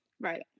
Right